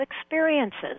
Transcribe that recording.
experiences